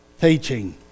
teaching